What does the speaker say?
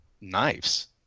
knives